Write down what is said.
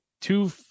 two